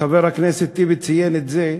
חבר הכנסת טיבי ציין את זה,